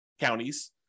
counties